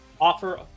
offer